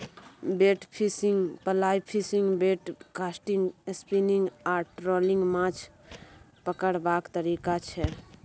bait fishing, fly fishing, bait casting, spinning आ trolling माछ पकरबाक तरीका छै